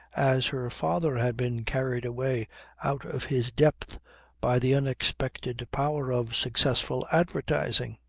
as her father had been carried away out of his depth by the unexpected power of successful advertising.